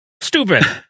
Stupid